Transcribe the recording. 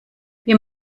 wir